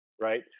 right